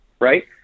right